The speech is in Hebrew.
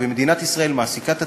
ומדינת ישראל מעסיקה את עצמה,